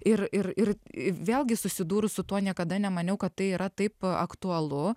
ir ir ir i vėlgi susidūrus su tuo niekada nemaniau kad tai yra taip aktualu